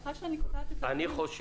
סליחה שאני קוטעת את אדוני,